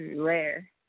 rare